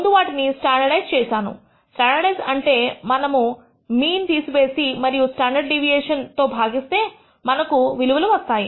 ముందు వాటిని స్టాండర్డైస్డ్ చేశాను స్టాండర్డైస్డ్ అంటే మనము మీన్ తీసివేసి మరియు స్టాండర్డ్ డీవియేషన్ తో భాగిస్తే మరియు మనకు విలువలు వస్తాయి